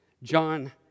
John